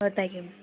ஓ தேங்க்யூங்க